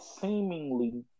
seemingly